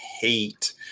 hate